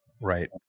Right